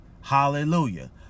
Hallelujah